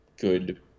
good